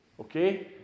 Okay